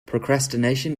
procrastination